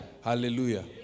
Hallelujah